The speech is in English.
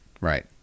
right